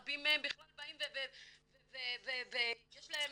רבים מהם בכלל באים ויש להם,